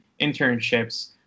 internships